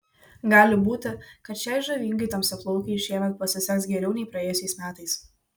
gali būti kad šiai žavingai tamsiaplaukei šiemet pasiseks geriau nei praėjusiais metais